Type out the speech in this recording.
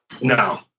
No